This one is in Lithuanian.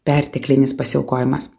perteklinis pasiaukojimas